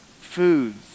Foods